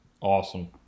Awesome